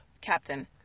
Captain